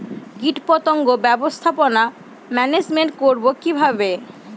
কীটপতঙ্গ ব্যবস্থাপনা ম্যানেজমেন্ট করব কিভাবে?